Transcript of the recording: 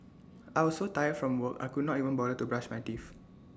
I was so tired from work I could not even bother to brush my teeth